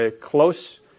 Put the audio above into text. close